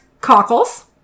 cockles